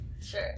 Sure